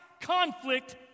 conflict